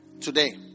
today